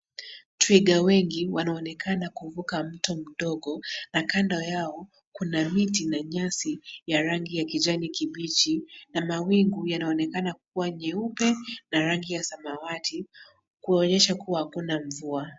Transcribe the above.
Twiga wengi wanaonekana kuvuka mto mdogo na kando yao kuna miti na nyasi ya rangi kijani kibichi na mawingu yanaonekana kuwa meupe na rangi ya samawati kuonyesha kuwa hakuna mvua.